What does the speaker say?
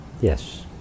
Yes